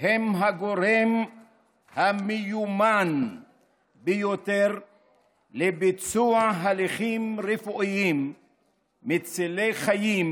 הם הגורם המיומן ביותר לביצוע הליכים רפואיים מצילי חיים